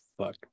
Fuck